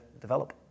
develop